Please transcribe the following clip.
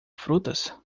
frutas